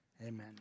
Amen